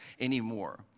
anymore